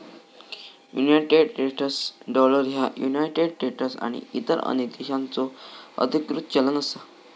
United States dollar ह्या United States आणि इतर अनेक देशांचो अधिकृत चलन असा